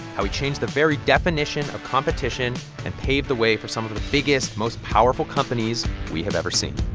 how he changed the very definition of competition and paved the way for some of the biggest, most powerful companies we have ever seen